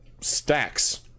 stacks